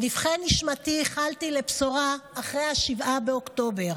בנבכי נשמתי ייחלתי לבשורה אחרי 7 באוקטובר.